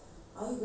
I don't know